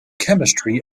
chemistry